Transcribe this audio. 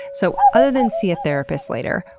so other than see a therapist later,